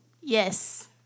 Yes